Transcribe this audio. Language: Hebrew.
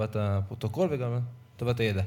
לטובת הפרוטוקול ולטובת הידע.